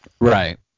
Right